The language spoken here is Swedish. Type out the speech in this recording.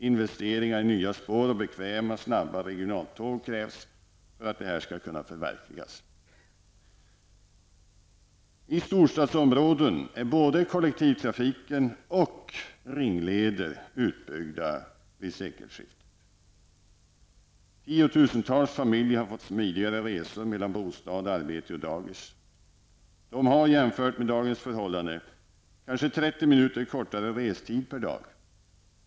Investeringar i nya spår och bekväma och snabba regionaltåg krävs för att detta skall kunna förverkligas. I storstadsområden är både kollektivtrafiken och ringleder utbyggda vid sekelskiftet. Tiotusentals familjer har fått smidigare resor mellan bostad, arbete och dagis. De har, jämfört med dagens förhållanden, kanske 30 minuter kortare restid per dag.